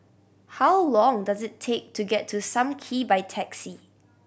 how long does it take to get to Sam Kee by taxi